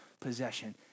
possession